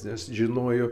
nes žinojo